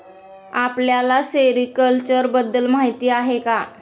आपल्याला सेरीकल्चर बद्दल माहीती आहे का?